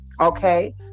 Okay